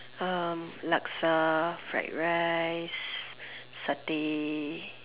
um laksa fried rice satay